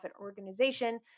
organization